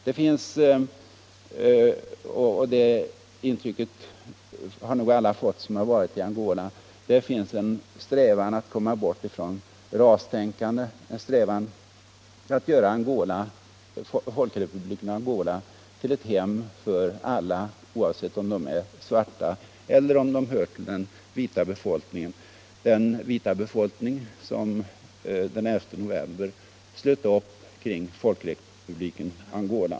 Det finns — det intrycket har nog alla fått som har varit i Angola —- en strävan att likvidera varje spår av rastänkande, en strävan att göra Folkrepubliken Angola till ett hem för alla oavsett om de är svarta eller hör till de vita som efter den 11 november slöt upp kring Folkrepubliken Angola.